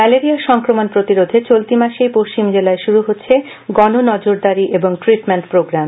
malaria সংক্রমণ প্রতিবোধে চলতি মাসেই পশ্চিম জেলায় শুরু হচ্ছে গণ নজরদারি এবং ট্রিটমেন্ট প্রোগ্রাম